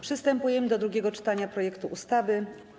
Przystępujemy do drugiego czytania projektu ustawy.